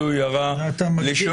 זוהי הערה לשונית,